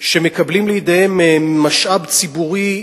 שמקבלים לידיהם משאב ציבורי,